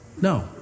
No